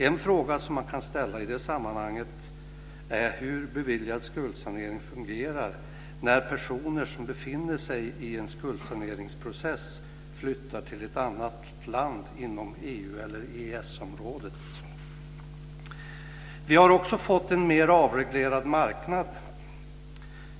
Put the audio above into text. En fråga som man kan ställa i det sammanhanget är hur beviljad skuldsanering fungerar när personer som befinner sig i en skuldsaneringsprocess flyttar till ett annat land inom Vi har också fått en mer avreglerad marknad.